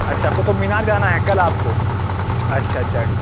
اچھا قطب مینار جانا ہے کل آپ کو اچھا اچھا